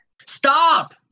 Stop